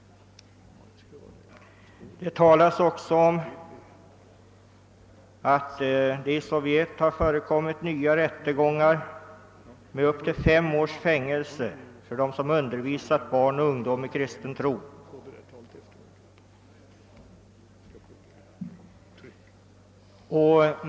Det talas även om att det i Sovjet har förekom mit nya rättegångar med upp till fem års fängelse för dem som undervisat barn och ungdom i kristen tro.